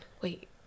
Wait